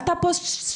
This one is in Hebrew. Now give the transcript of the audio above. עלתה פה שאלה,